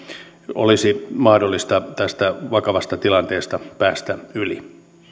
olisi mahdollista tästä vakavasta tilanteesta päästä yli